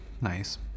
nice